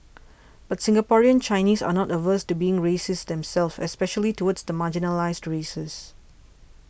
but Singaporean Chinese are not averse to being racist themselves especially towards the marginalised races